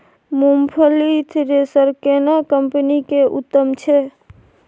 मूंगफली थ्रेसर केना कम्पनी के उत्तम छै?